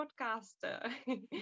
podcaster